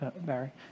Barry